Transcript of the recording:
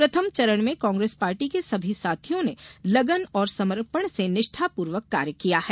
प्रथम चरण में कांग्रेस पार्टी के सभी साथियों ने लगन और समर्पण से निष्ठापूर्वक कार्य किया है